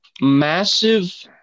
massive